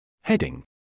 Heading